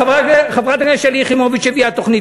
חברת הכנסת שלי יחימוביץ הביאה תוכנית,